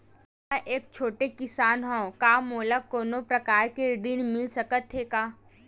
मै ह एक छोटे किसान हंव का मोला कोनो प्रकार के ऋण मिल सकत हे का?